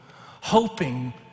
hoping